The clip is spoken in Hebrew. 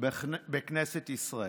בכנסת ישראל.